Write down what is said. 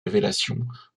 révélations